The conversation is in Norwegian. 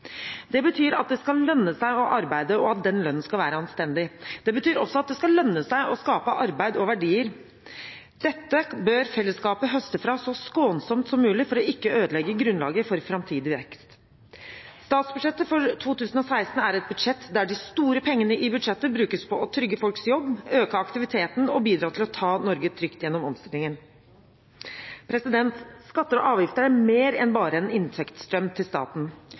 Det betyr at det skal lønne seg å arbeide, og at den lønnen skal være anstendig. Det betyr også at det skal lønne seg å skape arbeid og verdier. Dette bør fellesskapet høste fra så skånsomt som mulig for ikke å ødelegge grunnlaget for framtidig vekst. Statsbudsjettet for 2016 er et budsjett der de store pengene brukes på å trygge folks jobb, øke aktiviteten og bidra til å ta Norge trygt gjennom omstillingen. Skatter og avgifter er mer enn bare en inntektsstrøm til staten.